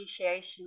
appreciation